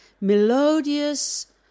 melodious